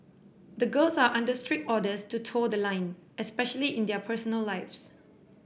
the girls are under strict orders to toe the line especially in their personal lives